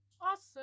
awesome